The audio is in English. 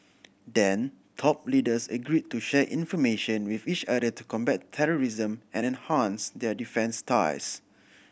then top leaders agreed to share information with each other to combat terrorism and enhance their defence ties